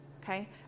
okay